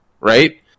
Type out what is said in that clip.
right